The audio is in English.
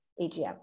AGM